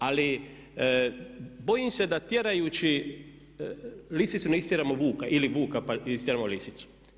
Ali bojim se da tjerajući lisicu ne istjeramo vuka ili vuka, pa istjeramo lisicu.